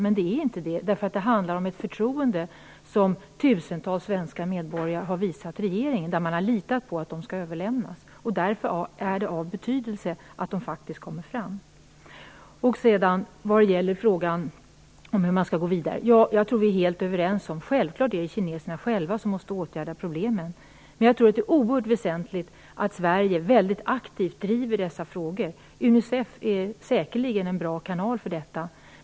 Men det är inte det, eftersom det handlar om ett förtroende som tusentals svenska medborgare har visat regeringen och litat på att listorna skall överlämnas. Därför är det av betydelse att de faktiskt kommer fram. När det gäller frågan om hur man skall gå vidare tror jag att vi är helt överens. Självklart är det kineserna själva som måste åtgärda problemen. Men jag tror att det är oerhört väsentligt att Sverige mycket aktivt driver dessa frågor. Unicef är säkerligen en bra kanal för detta.